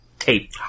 tape